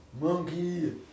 Monkey